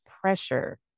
pressure